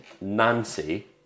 Nancy